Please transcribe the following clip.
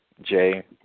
Jay